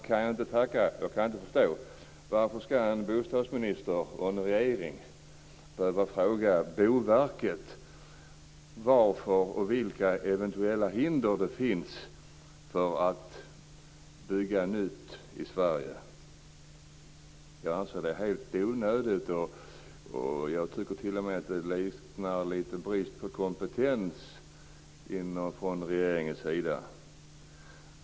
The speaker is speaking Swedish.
Men jag kan inte förstå varför en bostadsminister och en regering skall behöva fråga Boverket vilka eventuella hinder det finns för att bygga nytt i Sverige. Jag anser att det är helt onödigt. Jag tycker t.o.m. att det visar brist på kompetens från regeringens sida.